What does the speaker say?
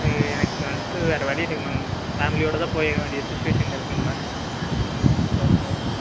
அது எனக்கு வந்துட்டு வேறு வழி இல்லைங்க மேம் ஃபேமிலியோட தான் போகவேண்டிய சுச்சுவேஷனில் இருக்கேங்க மேம் ஸோ போய் தான் ஆவணும்